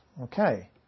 okay